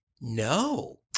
No